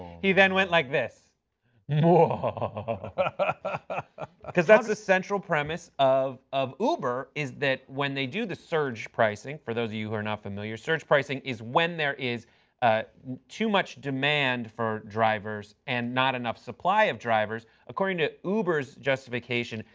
he then went like this ah but because that is the central premise of of uber is that when they do the search pricing, for those of you who are not familiar search pricing is when there is too much demand for drivers and not enough supply of drivers. according to uber's justification,